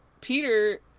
Peter